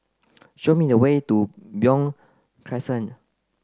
show me the way to Beo Crescent